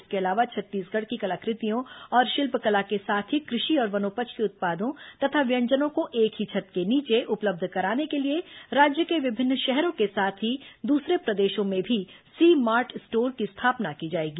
इसके अलावा छत्तीसगढ़ की कलाकृतियों और शिल्प कला के साथ ही कृषि और वनोपज के उत्पादों तथा व्यंजनों को एक ही छत के नीचे उपलब्ध कराने के लिए राज्य के विभिन्न शहरों के साथ ही दूसरे प्रदेशों में भी सी मार्ट स्टोर की स्थापना की जाएगी